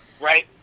Right